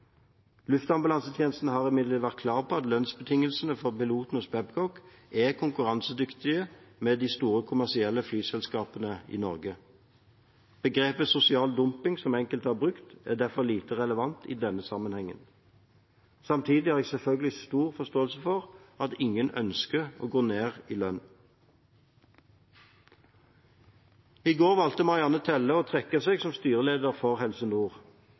Luftambulansetjenesten har imidlertid vært klar på at lønnsbetingelsene for pilotene hos Babcock er konkurransedyktige med de store kommersielle flyselskapene i Norge. Begrepet «sosial dumping», som enkelte har brukt, er derfor lite relevant i denne sammenhengen. Samtidig har jeg selvfølgelig stor forståelse for at ingen ønsker å gå ned i lønn. I går valgte Marianne Telle å trekke seg som styreleder for Helse Nord.